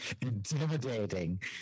intimidating